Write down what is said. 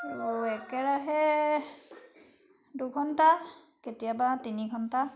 আৰু একেৰাহে দুঘণ্টা কেতিয়াবা তিনি ঘণ্টা